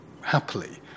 happily